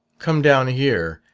come down here,